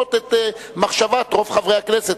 לשנות את מחשבת רוב חברי הכנסת,